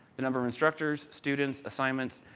the number of instructors, students, assignments,